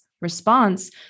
response